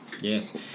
Yes